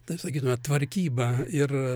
taip sakytume tvarkyba ir